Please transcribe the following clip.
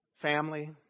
family